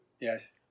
yes